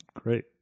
Great